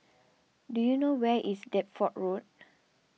do you know where is Deptford Road